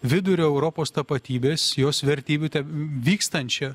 vidurio europos tapatybės jos vertybių ten vykstančią